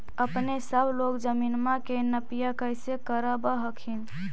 अपने सब लोग जमीनमा के नपीया कैसे करब हखिन?